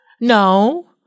No